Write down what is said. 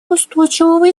устойчивого